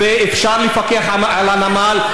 ואפשר לפקח על הנמל,